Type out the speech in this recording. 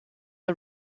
are